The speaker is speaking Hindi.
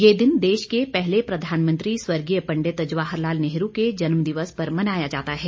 ये दिन देश के पहले प्रधानमंत्री स्वर्गीय पंडित जवाहर लाल नेहरू के जन्म दिवस पर मनाया जाता है